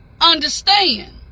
understand